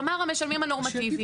כלומר, המשלמים הנורמטיביים.